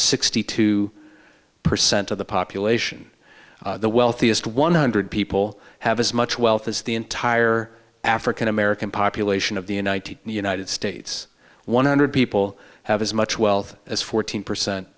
sixty two percent of the population the wealthiest one hundred people have as much wealth as the entire african american population of the united united states one hundred people have as much wealth as fourteen percent